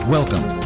Welcome